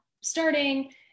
starting